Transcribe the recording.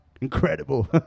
incredible